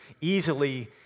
easily